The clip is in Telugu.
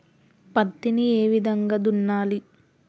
పత్తిని ఏ విధంగా దున్నాలి?